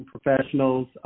professionals